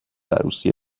عروسی